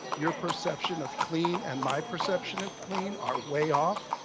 your perception of clean and my perception of clean are way off.